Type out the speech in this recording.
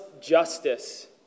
justice